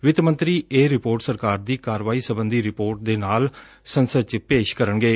ਵਿੱਤ ਮੰਤਰੀ ਇਹ ਰਿਪੋਰਟ ਸਰਕਾਰ ਦੀ ਕਾਰਵਾਈ ਸਬੰਧੀ ਰਿਪੋਰਟ ਦੇ ਨਾਲ ਸੰਸਦ ਚ ਪੇਸ਼ ਕਰਨਗੇ